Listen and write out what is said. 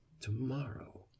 to-morrow